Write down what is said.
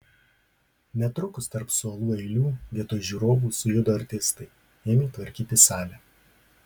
netrukus tarp suolų eilių vietoj žiūrovų sujudo artistai ėmė tvarkyti salę